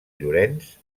llorenç